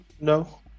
No